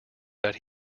that